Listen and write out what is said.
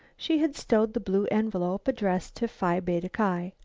she had stowed the blue envelope addressed to phi beta ki.